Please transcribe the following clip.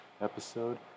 episode